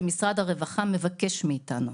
כשמשרד הרווחה מבקש מאתנו.